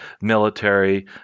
military